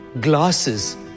glasses